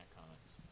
comments